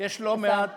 כמעט